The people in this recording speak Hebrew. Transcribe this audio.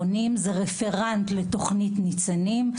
זה רפרנט לתוכנית ׳ניצנים׳,